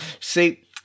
see